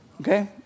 Okay